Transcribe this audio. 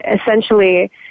essentially